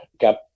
got